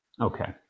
okay